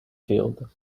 field